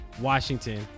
Washington